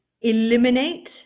eliminate